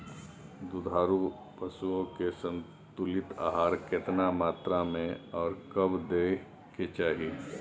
दुधारू पशुओं के संतुलित आहार केतना मात्रा में आर कब दैय के चाही?